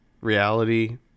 reality